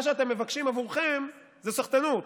מה שאתם מבקשים עבורכם זה סחטנות.